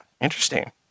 interesting